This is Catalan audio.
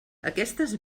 aquestes